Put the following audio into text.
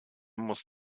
muss